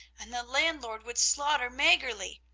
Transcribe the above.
and the landlord would slaughter maggerli.